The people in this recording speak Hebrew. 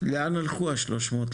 לאן הלכו ה- 300?